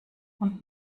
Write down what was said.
und